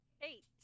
Eight